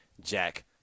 Jack